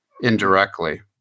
indirectly